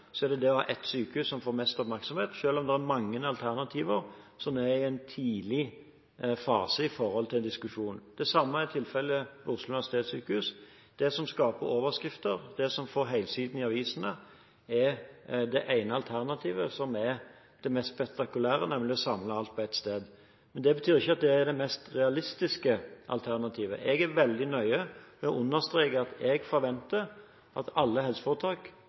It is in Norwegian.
i diskusjonen. Det samme er tilfellet ved Oslo universitetssykehus. Det som skaper overskrifter og får helsidene i avisene, er det ene alternativet som er det mest spektakulære, nemlig å samle alt på ett sted. Det betyr ikke at det er det mest realistiske alternativet. Jeg er veldig nøye med å understreke at jeg forventer at alle helseforetak